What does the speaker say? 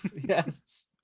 Yes